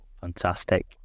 fantastic